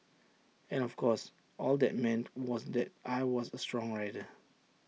and of course all that meant was that I was A songwriter